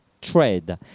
trade